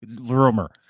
Rumor